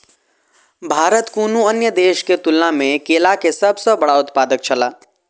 भारत कुनू अन्य देश के तुलना में केला के सब सॉ बड़ा उत्पादक छला